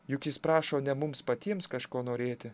juk jis prašo ne mums patiems kažko norėti